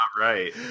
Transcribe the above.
right